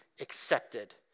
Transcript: accepted